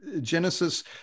genesis